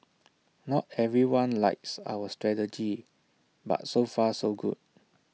not everyone likes our strategy but so far so good